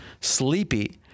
sleepy